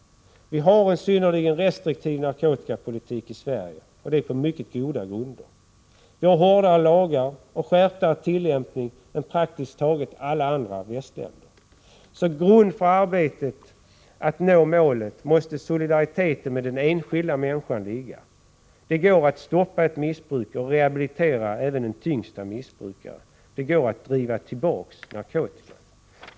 Vi har en synnerligen restriktiv narkotikapolitik i Sverige, och det är på mycket goda grunder. Vi har hårdare lagar och mer skärpta tillämpningar än praktiskt taget alla andra västländer. Som grund för arbetet att nå målet måste solidariteten med den enskilda människan ligga. Det går att stoppa ett missbruk och rehabilitera även den tyngsta missbrukare. Det går att driva tillbaka narkotikan.